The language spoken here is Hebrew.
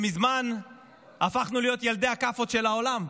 מזמן הפכנו להיות ילדי הכאפות של העולם.